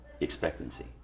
Expectancy